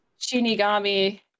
Shinigami